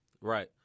Right